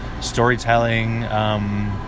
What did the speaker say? storytelling